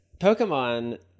Pokemon